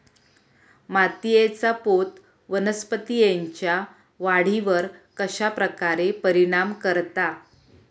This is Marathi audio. मातीएचा पोत वनस्पतींएच्या वाढीवर कश्या प्रकारे परिणाम करता?